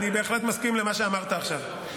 אני בהחלט מסכים למה שאמרת עכשיו.